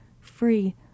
free